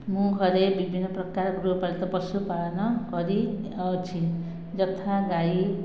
ମୁଁ ଘରେ ବିଭିନ୍ନ ପ୍ରକାର ଗୃହ ପାଳିତ ପଶୁ ପାଳନ କରିଅଛି ଯଥା ଗାଈ